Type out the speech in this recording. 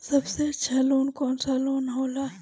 सबसे अच्छा लोन कौन सा होला?